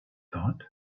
thought